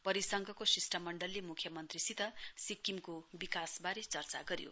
परिसंघको शिष्टमण्डलले म्ख्यमन्त्रीसित सिक्किमको विकासबारे चर्चा गर्यो